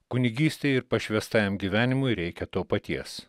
kunigystei ir pašvęstajam gyvenimui reikia to paties